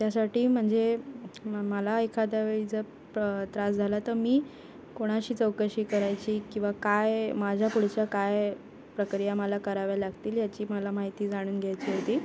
त्यासाठी म्हणजे म मला एखाद्या वेळी जर प्र त्रास झाला तर मी कोणाशी चौकशी करायची किंवा काय माझ्या पुढच्या काय प्रक्रिया मला कराव्या लागतील याची मला माहिती जाणून घ्यायची होती